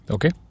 Okay